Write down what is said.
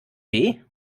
weh